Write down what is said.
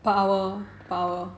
per hour per hour